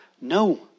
No